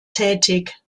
tätig